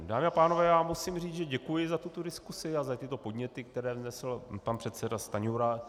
Dámy a pánové, musím říci, že děkuji za tuto diskusi a za podněty, které vznesl pan předseda Stanjura.